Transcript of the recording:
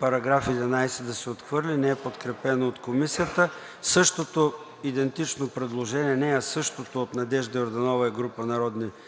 § 11 да се отхвърли. Не е подкрепено от Комисията. Същото е предложението от Надежда Йорданова и група народни представители